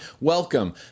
welcome